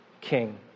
king